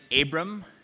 Abram